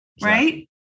Right